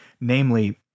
Namely